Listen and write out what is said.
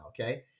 okay